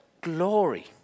glory